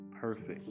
perfect